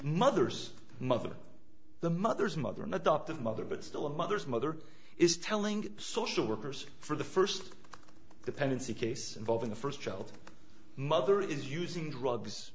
mother's mother the mother's mother an adoptive mother but still a mother's mother is telling social workers for the first dependency case involving a first child mother is using drugs